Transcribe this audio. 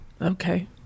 Okay